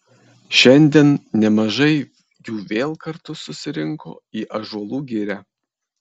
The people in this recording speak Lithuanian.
šiandien nemažai jų vėl kartu susirinko į ąžuolų girią